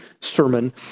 sermon